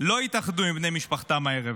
לא יתאחדו עם בני משפחותיהם הערב.